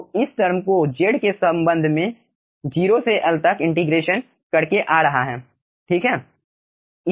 तो इस टर्म को z के संबंध में 0 से L तक इंटीग्रेशन करके आ रहा है ठीक है